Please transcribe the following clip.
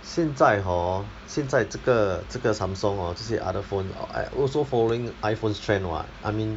现在 hor 现在这个这个 Samsung hor 这些 other phone hor are also following iPhone trend [what] I mean